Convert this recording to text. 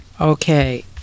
Okay